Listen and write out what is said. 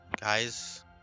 Guys